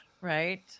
Right